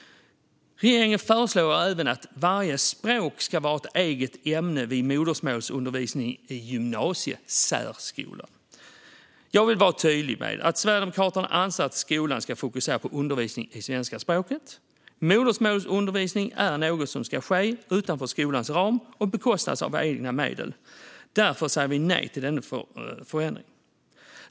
Regeringen föreslår även att varje språk ska vara ett eget ämne vid modersmålsundervisning i gymnasiesärskolan. Jag vill vara tydlig med att Sverigedemokraterna anser att skolan ska fokusera på undervisning i svenska språket. Modersmålsundervisning är något som ska ske utanför skolans ram och bekostas av egna medel. Därför säger vi nej till denna förändring.